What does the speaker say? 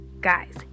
guys